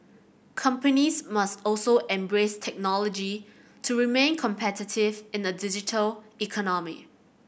companies must also embrace technology to remain competitive in a digital economy